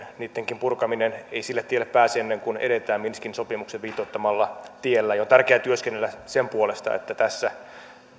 ei pakotteiden purkamisen tielle pääse ennen kuin edetään minskin sopimuksen viitoittamalla tiellä on tärkeää työskennellä sen puolesta että tässä